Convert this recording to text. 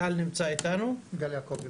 גל, בבקשה.